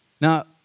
Now